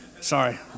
Sorry